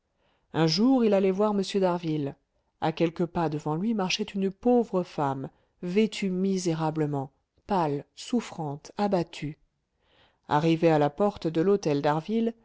un jour il allait voir m d'harville à quelques pas devant lui marchait une pauvre femme vêtue misérablement pâle souffrante abattue arrivée à la porte de l'hôtel